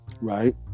right